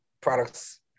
products